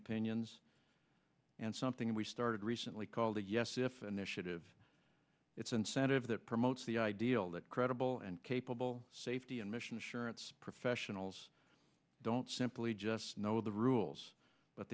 opinions and something we started recently called the yes if initiative it's incentive that promotes the ideal that credible and capable safety and mission assurance professionals don't simply just know the rules but